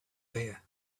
there